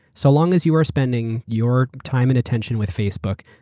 so long as you are spending your time and attention with facebook,